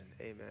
amen